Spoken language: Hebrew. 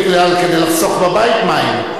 כדי לחסוך בבית מים.